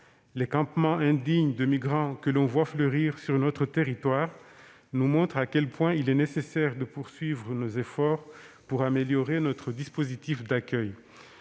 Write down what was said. Les campements indignes de migrants que l'on voit fleurir sur notre territoire nous montrent à quel point il est nécessaire de poursuivre nos efforts pour améliorer notre dispositif d'accueil.